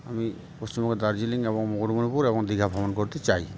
আমি পশ্চিমবঙ্গের দার্জিলিং এবং মুকুটমণিপুর এবং দীঘা ভ্রমণ করতে চাই